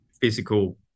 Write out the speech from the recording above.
physical